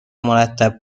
مرتب